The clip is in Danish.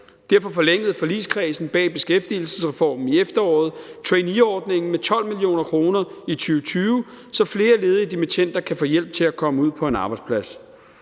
Derfor forlængede forligskredsen bag beskæftigelsesreformen i efteråret traineeordningen med 12 mio. kr. i 2020, så flere ledige dimittender kan få hjælp til at komme ud på en arbejdsplads.